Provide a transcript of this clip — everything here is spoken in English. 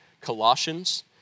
Colossians